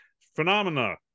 Phenomena